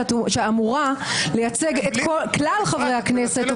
שאמורה לייצג את כלל חברי הכנסת,